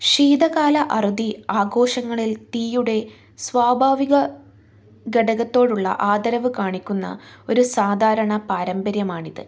ശീതകാല അറുതി ആഘോഷങ്ങളിൽ തീയുടെ സ്വാഭാവിക ഘടകത്തോടുള്ള ആദരവ് കാണിക്കുന്ന ഒരു സാധാരണ പാരമ്പര്യമാണിത്